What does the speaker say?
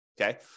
Okay